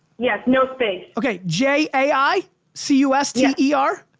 yes, no space. okay, j a i c u s t e r?